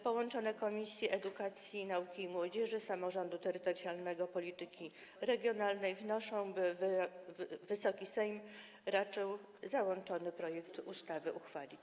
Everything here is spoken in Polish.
Połączone Komisja Edukacji, Nauki i Młodzieży i Komisja Samorządu Terytorialnego i Polityki Regionalnej wnoszą, by Wysoki Sejm raczył załączony projekt ustawy uchwalić.